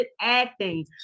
acting